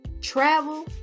travel